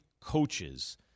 coaches